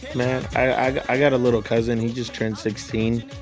man, i got a little cousin he just turned sixteen.